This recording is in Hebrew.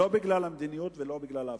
לא בגלל המדיניות ולא בגלל ההפחדה.